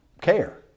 care